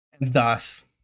Thus